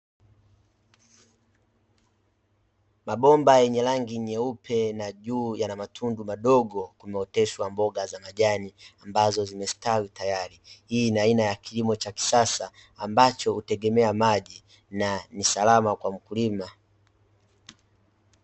Mabomba yenye rangi nyeupe na juu yana matundu madogo kumeoteshwa mboga za majani ambazo zimestawi tayari, hii ina aina ya kilimo cha kisasa ambacho hutegemea maji na ni salama kwa mkulima.